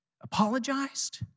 apologized